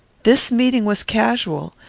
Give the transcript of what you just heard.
this meeting was casual.